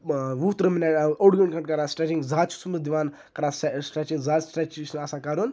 وُہ تۭرہ مِنٹ اوٚڑ گٲنٹہٕ تام کران سِٹرچِگ زٕ ہَتھ چھُس نہٕ بہٕ دِوان کران سِٹرچِنگ زیادٕ سِٹریچ چھُنہٕ آسان کَرُن